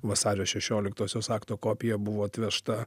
vasario šešioliktosios akto kopija buvo atvežta